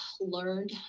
learned